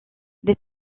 des